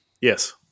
Yes